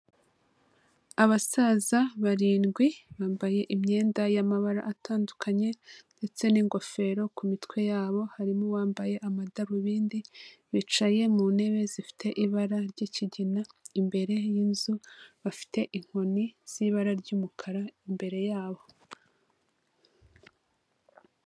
Abasaza barindwi bambaye imyenda y'amabara atandukanye ndetse n'ingofero ku mitwe yabo, harimo uwambaye amadarubindi bicaye mu ntebe zifite ibara ry'ikigina, imbere y'inzu bafite inkoni z'ibara ry'umukara imbere yabo.